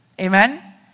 Amen